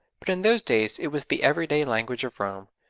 but in those days it was the everyday language of rome,